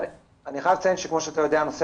אני חייב לציין שכמו שאתה יודע הנושא